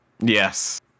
Yes